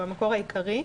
או המקור העיקרי,